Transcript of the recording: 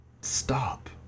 stop